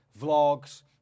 vlogs